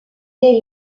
est